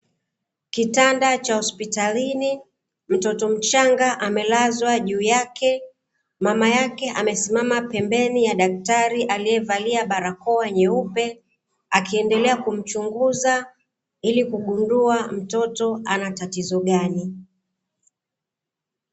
Kitanda cha hospitalini, mtoto mchanga amelazwa juu yake, mama yake amesimama pembeni ya daktari aliyevalia barakoa nyeupe, akiendelea kumchunguza ili kugundua mtoto ana tatizo gani.